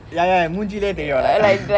ya ya மூன்ஜிலேயே தெரியும்:munjileyea thereiyum like